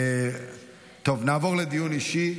טוב, נעבור לדיון אישי.